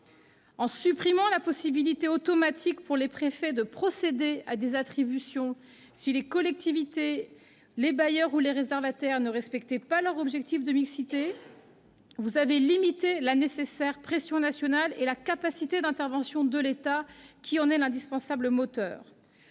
En supprimant la possibilité automatique, pour les préfets, de procéder à des attributions si les collectivités, les bailleurs ou les réservataires ne respectaient leurs objectifs de mixité sociale, vous avez limité la nécessaire pression nationale et la capacité d'intervention de l'État qui en est l'indispensable moteur.